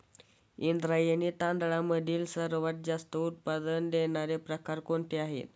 इंद्रायणी तांदळामधील सर्वात जास्त उत्पादन देणारा प्रकार कोणता आहे?